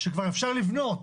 שכבר אפשר לבנות,